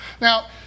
Now